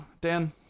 Dan